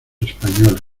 españoles